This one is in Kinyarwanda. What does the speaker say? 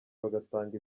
bagatanga